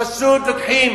פשוט לוקחים